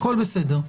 הכול בסדר.